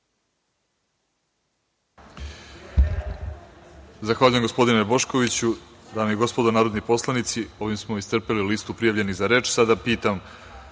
Zahvaljujem, gospodine Boškoviću. Dame i gospodo narodni poslanici, ovim smo iscrpeli listu prijavljenih za reč. Sada pitam